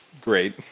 great